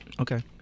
Okay